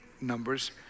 numbers